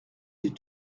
dit